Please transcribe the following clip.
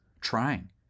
trying